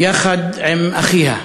יחד עם אחיה,